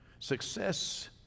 success